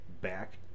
back